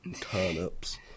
Turnips